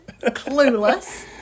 clueless